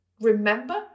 remember